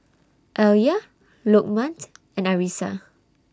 Alya Lokman and Arissa